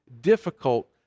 difficult